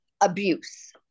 abuse